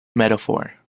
metaphor